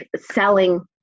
selling